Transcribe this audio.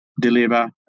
deliver